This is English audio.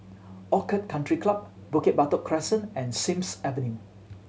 Orchid Country Club Bukit Batok Crescent and Sims Avenue